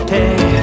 Hey